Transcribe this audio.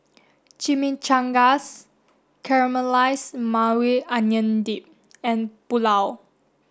Chimichangas Caramelized Maui Onion Dip and Pulao